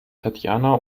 tatjana